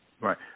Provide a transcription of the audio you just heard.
Right